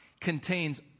Contains